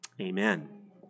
Amen